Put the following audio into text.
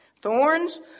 Thorns